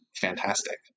fantastic